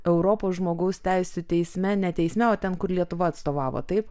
europos žmogaus teisių teisme ne teisme o ten kur lietuva atstovavo taip